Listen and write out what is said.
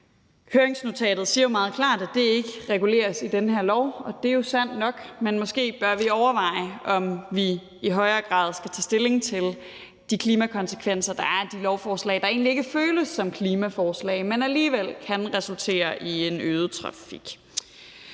Høringsnotatet siger meget klart, at det ikke reguleres i den her lov, og det er jo sandt nok, men måske bør vi overveje, om vi i højere grad skal tage stilling til de klimakonsekvenser, der er i de lovforslag, der egentlig ikke føles som klimaforslag, men som alligevel kan resultere i en øget trafik.